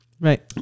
Right